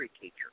teacher